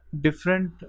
different